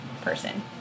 Person